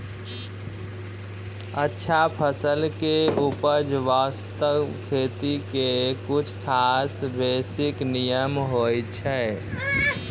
अच्छा फसल के उपज बास्तं खेती के कुछ खास बेसिक नियम होय छै